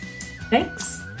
thanks